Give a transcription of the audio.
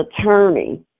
attorney